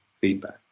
feedback